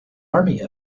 army